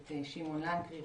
ואת שמעון לנקרי,